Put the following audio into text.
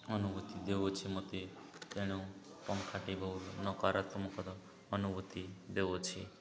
ଅନୁଭୂତି ଦେଉଅଛି ମୋତେ ତେଣୁ ପଙ୍ଖାଟି ବହୁତ ନକାରାତ୍ମକ ଅନୁଭୂତି ଦେଉଅଛି